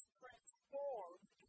transformed